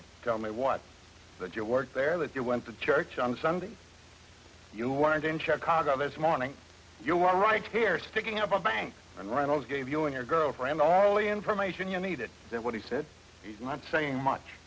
me tell me what that you work there that they went to church on sunday you weren't in chicago this morning you were right here sticking up a bank and reynolds gave you and your girlfriend all the information you needed and what he said he's not saying much